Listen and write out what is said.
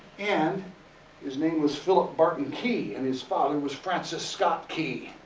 and his name was philip barton key. and his father was francis scott key.